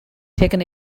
taken